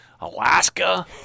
Alaska